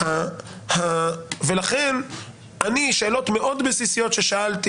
שאלות מאוד בסיסיות ששאלתי